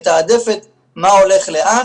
מתעדפת מה הולך לאן.